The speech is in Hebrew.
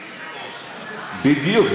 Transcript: בדיוק.